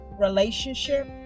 relationship